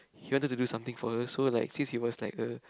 he wanted to do something for her so like since he was like a